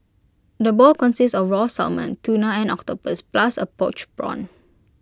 the bowl consists of raw salmon tuna and octopus plus A poached prawn